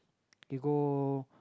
you go